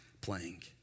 playing